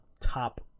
top